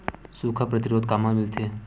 सुखा प्रतिरोध कामा मिलथे?